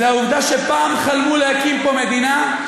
זה העובדה שפעם חלמו להקים פה מדינה,